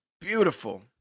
beautiful